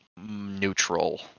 neutral